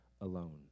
alone